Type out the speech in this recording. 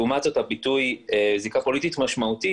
לעומת זאת הביטוי זיקה פוליטית משמעותי